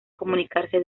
comunicarse